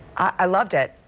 i loved it.